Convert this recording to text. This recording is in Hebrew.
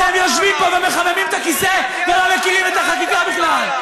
אתם יושבים פה ומחממים את הכיסא ולא מכירים את החקיקה בכלל.